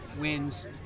wins